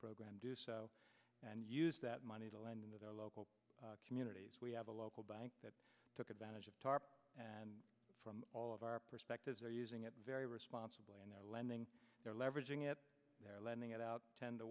program do so and use that money to lend into their local communities we have a local bank that took advantage of tarp and from all of our perspectives are using it very responsibly lending there leveraging it they're lending it out ten to